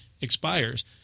expires